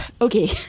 okay